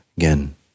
Again